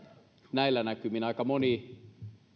näillä näkymin aika moni